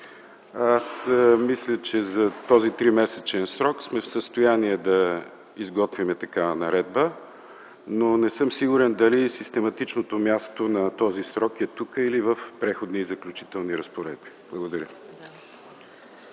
Аз мисля, че в този тримесечен срок сме в състояние да изготвим такава наредба, но не съм сигурен дали систематичното място на този срок е тук или в Преходни и заключителни разпоредби. Благодаря.